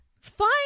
Fine